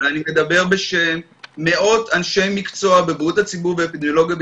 ואני מדבר בשם מאות אנשי מקצוע בבריאות הציבור ואפידמיולוגיה.